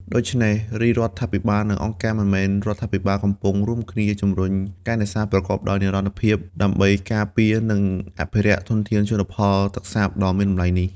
ដូច្នេះ រាជរដ្ឋាភិបាលនិងអង្គការមិនមែនរដ្ឋាភិបាលកំពុងរួមគ្នាជំរុញការនេសាទប្រកបដោយនិរន្តរភាព ដើម្បីការពារ និងអភិរក្សធនធានជលផលទឹកសាបដ៏មានតម្លៃនេះ។